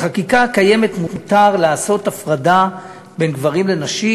בחקיקה הקיימת מותר לעשות הפרדה בין גברים לנשים,